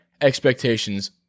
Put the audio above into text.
expectations